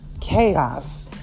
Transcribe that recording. chaos